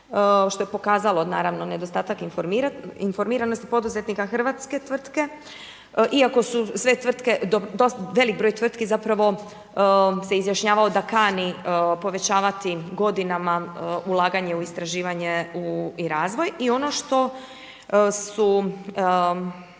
što je pokazalo naravno nedostatak informiranosti poduzetnika hrvatske tvrtke, iako su sve tvrtke, velik broj tvrtki zapravo se izjašnjavao da kani povećavati godinama ulaganje u istraživanje i razvoj. I ono što su